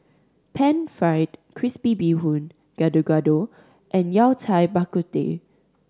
Pan Fried Crispy Bee Hoon Gado Gado and Yao Cai Bak Kut Teh